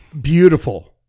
beautiful